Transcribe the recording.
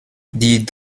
die